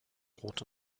rot